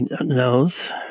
knows